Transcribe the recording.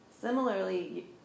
Similarly